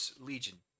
Legion